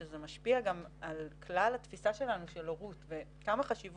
שזה משפיע גם על כלל התפיסה שלנו של הורות וכמה חשוב